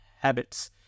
habits